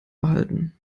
behalten